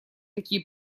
такие